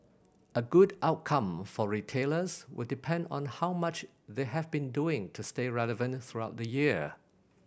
a good outcome for retailers will depend on how much they have been doing to stay relevant throughout the year